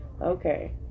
okay